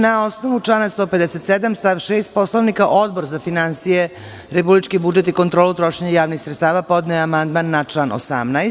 Na osnovu člana 157. stav 6. Poslovnika Odbor za finansije, republički budžet i kontrolu trošenja javnih sredstava podneo je amandman na član 18.